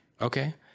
Okay